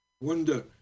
Wonder